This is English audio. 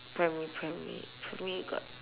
primary primary primary got